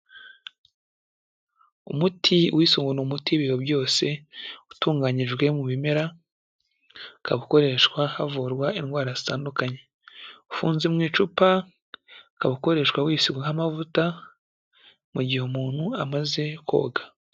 Umuti wiswe ngo ni umuti w'ibihe byose, utunganyijwe mu bimera, ukaba ukoreshwa havurwa indwara zitandukanye. Ufunze mu icupa ukaba ukoreshwa wisigagwa nk'amavuta mu gihe umuntu amaze koga.